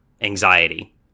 anxiety